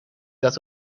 dat